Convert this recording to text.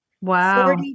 Wow